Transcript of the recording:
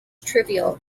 trivial